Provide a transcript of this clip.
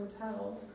Hotel